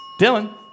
Dylan